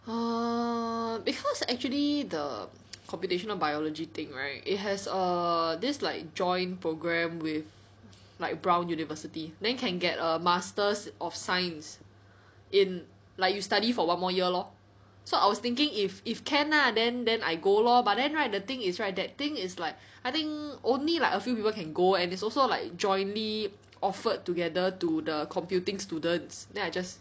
err cause actually the computational biology thing right it has a this like joint program with like brown university then can get a masters of science in like you study for one more year lor so I was thinking if if can lah then then I go lor but then right the thing is right that thing is like I think only like a few people can go and it's also like jointly offered together to the computing students then I just